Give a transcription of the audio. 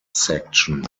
section